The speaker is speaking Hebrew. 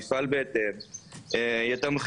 יפעל בהתאם,